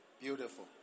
Beautiful